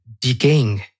decaying